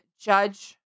judge